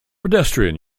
pedestrian